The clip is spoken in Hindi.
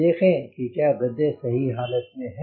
देखें कि क्या गद्दे सही हालात में हैं